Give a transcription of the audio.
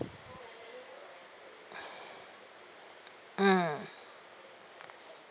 mm